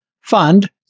fund